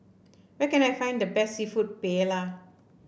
where can I find the best seafood Paella